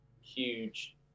huge